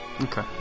Okay